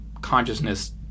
consciousness